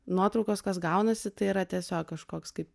nuotraukos kas gaunasi tai yra tiesiog kažkoks kaip